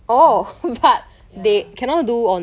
mm ya